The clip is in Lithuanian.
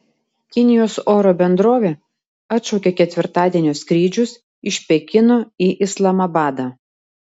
kinijos oro bendrovė atšaukė ketvirtadienio skrydžius iš pekino į islamabadą